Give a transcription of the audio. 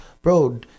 Bro